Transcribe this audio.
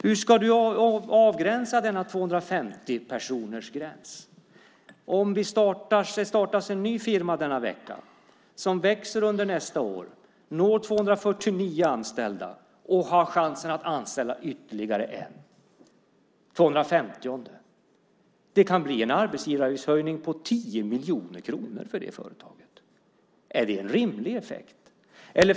Hur ska du avgränsa denna gräns på 250 personer? Om det startas en ny firma denna vecka som växer under nästa år och når 249 anställda och har chansen att anställa ytterligare en, den tvåhundrafemtionde, kan det bli en arbetsgivaravgiftshöjning på 10 miljoner kronor för det företaget. Är det en rimlig effekt?